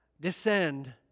descend